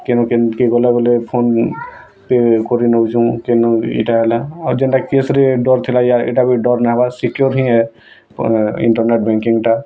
କେନୁ କେନ୍କେ ଗଲେ ବେଲେ ଫୋନ୍ପେ' କରି ନଉଚୁଁ କେନୁ ଇଟା ହେଲା ଅର୍ଜେଣ୍ଟ୍ କେସ୍ରେ ଡର୍ ଥିଲା ଏ ଇଟାବି ଡର୍ ନାଇଁ ଲାଗ୍ବାର୍ ସିକ୍ୱର୍ ହିଁ ଏ ଇଣ୍ଟର୍ନେଟ୍ ବ୍ୟାଙ୍କିଙ୍ଗ୍ଟା